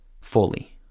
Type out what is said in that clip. fully